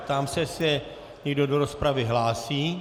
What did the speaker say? Ptám se, jestli se někdo do rozpravy hlásí.